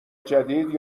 جدید